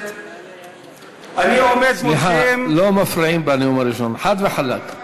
לא מפריעים בנאום הראשון, חד וחלק.